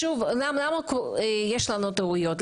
למה יש לנו טעויות?